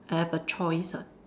I have a choice [what]